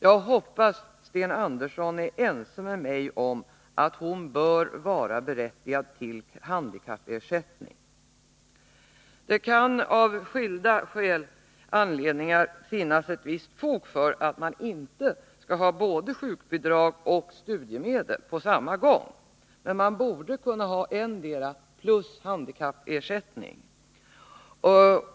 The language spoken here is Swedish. Jag hoppas att Sten Andersson är ense med mig om att hon bör vara berättigad till handikappersättning. Det kan av skilda skäl finnas ett visst fog för att man inte skall ha både sjukbidrag och studiemedel på samma gång, men man borde kunna ha endera plus handikappersättning.